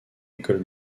école